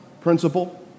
principle